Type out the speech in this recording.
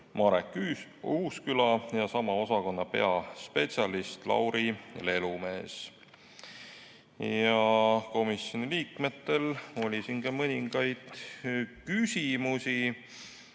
Marek Uusküla ja sama osakonna peaspetsialist Lauri Lelumees. Komisjoni liikmetel oli mõningaid küsimusi.